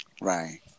right